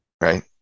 right